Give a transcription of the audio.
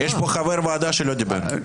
אדוני היושב-ראש, יש פה חבר ועדה שלא דיבר.